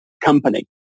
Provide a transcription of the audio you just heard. company